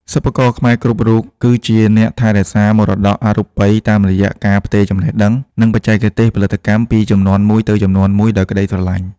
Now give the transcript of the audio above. សិប្បករខ្មែរគ្រប់រូបគឺជាអ្នកថែរក្សាមរតកអរូបី តាមរយៈការផ្ទេរចំណេះដឹង និងបច្ចេកទេសផលិតកម្មពីជំនាន់មួយទៅជំនាន់មួយដោយក្ដីស្រឡាញ់។